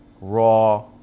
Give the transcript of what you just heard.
raw